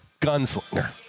Gunslinger